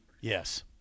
yes